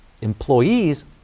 Employees